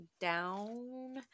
down